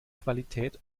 qualität